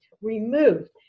removed